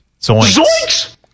Zoinks